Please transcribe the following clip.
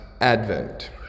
Advent